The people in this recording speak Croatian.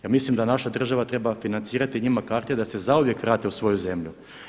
Ja mislim da naša država treba financirati njima karte da se zauvijek vrate u svoju zemlju.